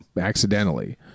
accidentally